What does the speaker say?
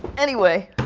anyway,